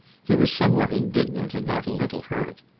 he was somewhat indignant and not a little hurt.